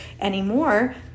anymore